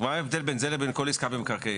מה ההבדל בין זה לבין כל עסקה במקרקעין?